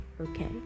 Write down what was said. Okay